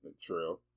True